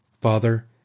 Father